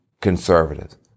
conservatives